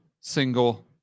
single